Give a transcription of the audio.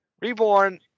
Reborn